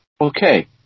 Okay